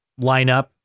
lineup